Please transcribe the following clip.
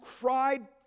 cried